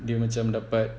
dia macam dapat